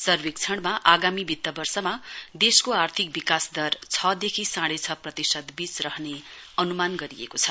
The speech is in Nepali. सर्वेक्षणमा आगामी वित्त वर्षमा देशको आर्थिक विकास दर छ देखि साँढे छ प्रतिशत बीच रहने अनुमान गरिएको छ